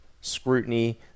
scrutiny